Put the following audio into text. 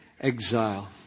exile